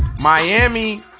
Miami